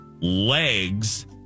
legs